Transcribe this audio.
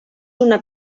una